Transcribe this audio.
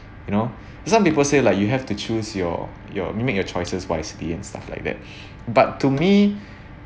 you know some people say like you have to choose your your you make your choices wisely and stuff like that but to me